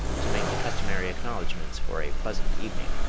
to make the customary acknowledgments for a pleasant evening.